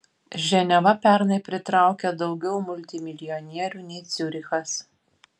ženeva pernai pritraukė daugiau multimilijonierių nei ciurichas